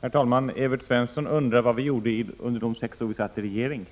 Herr talman! Evert Svensson undrade vad vi gjorde under de sex år vi satt i regeringen.